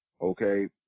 okay